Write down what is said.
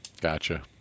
Gotcha